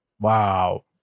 Wow